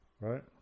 Right